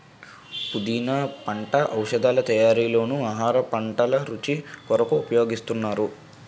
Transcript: పుదీనా పంట ఔషధాల తయారీలోనూ ఆహార వంటల రుచి కొరకు ఉపయోగిస్తున్నారు